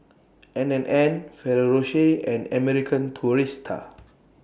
N and N Ferrero Rocher and American Tourister